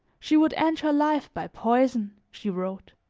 she would end her life by poison, she wrote.